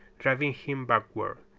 driving him backward,